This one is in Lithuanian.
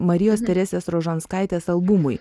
marijos teresės rožanskaitės albumui